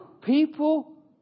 people